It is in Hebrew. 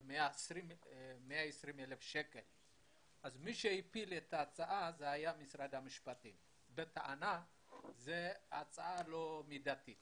מי שהפיל את ההצעה זה היה משרד המשפטים בטענה שההצעה לא מידתית